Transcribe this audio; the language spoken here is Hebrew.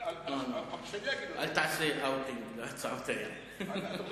אל תעשה "אאוטינג" להצעות האלה.